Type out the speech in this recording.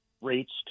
rates